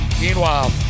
Meanwhile